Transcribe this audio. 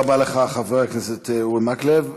תודה רבה לך, חבר הכנסת אורי מקלב.